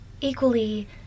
equally